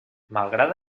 malgrat